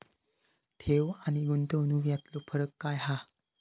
ठेव आनी गुंतवणूक यातलो फरक काय हा?